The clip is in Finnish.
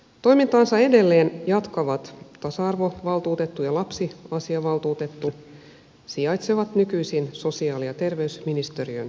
toimintaansa edelleen jatkavat tasa arvovaltuutettu ja lapsiasiainvaltuutettu sijaitsevat nykyisin sosiaali ja terveysministeriön yhteydessä